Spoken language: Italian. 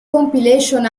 compilation